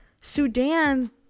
Sudan